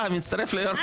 הצבעה לא אושר.